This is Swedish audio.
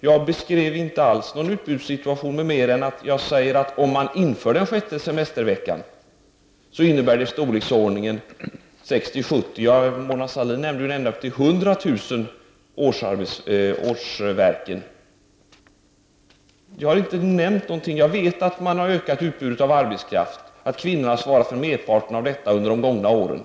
Jag beskrev dock inte alls någon utbudssituation annat än i så måtto att jag sade effekten av ett införande av den sjätte semesterveckan ligger i storleksordningen 60 000-70 000 årsarbetsinsatser. Mona Sahlin talade t.o.m. om ända upp till 100 000 årsarbetsinsatser. Jag vet att man har ökat utbudet av arbetskraft och att kvinnorna svarat för merparten av detta under de gångna åren.